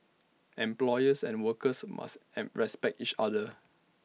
employers and workers must am respect each other